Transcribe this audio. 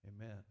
Amen